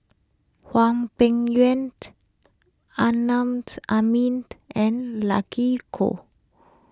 Hwang Peng Yuan Amin and Lucky Koh